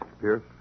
Pierce